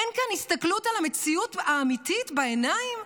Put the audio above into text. אין כאן הסתכלות על המציאות האמיתית בעיניים?